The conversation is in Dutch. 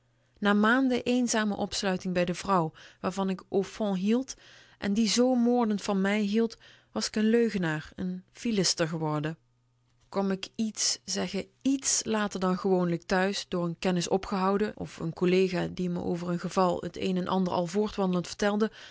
na maanden eenzame opsluiting bij de vrouw waarvan ik au fond hield en die zoo moordend van mij hield was k n leugenaar n filister geworden kwam k iets zegge ièts later dan gewoonlijk thuis door n kennis opgehouden n collega die me over n geval t een en ander al voortwandelend vertelde